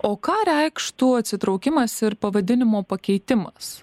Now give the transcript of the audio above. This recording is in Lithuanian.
o ką reikštų atsitraukimas ir pavadinimo pakeitimas